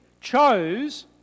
chose